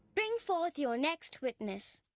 bring forth your next witness.